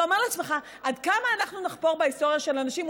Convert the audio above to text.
אתה אומר לעצמך: עד כמה אנחנו נחפור בהיסטוריה של אנשים?